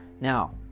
Now